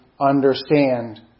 understand